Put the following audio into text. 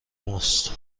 ماست